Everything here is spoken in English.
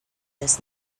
this